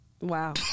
Wow